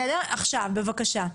לשעבר.